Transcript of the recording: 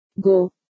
Go